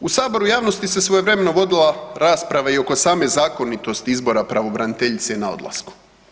U Saboru, javnosti se svojevremeno vodila rasprava i oko same zakonitosti izbora pravobraniteljice na odlasku.